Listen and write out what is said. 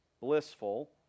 blissful